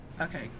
Okay